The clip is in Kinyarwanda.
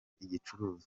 igicuruzwa